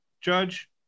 judge